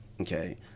okay